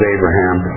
Abraham